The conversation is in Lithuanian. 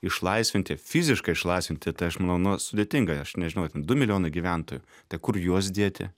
išlaisvinti fiziškai išlaisvinti tai aš manau nu sudėtinga aš nežinau ten du milijonai gyventojų tai kur juos dėti